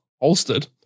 holstered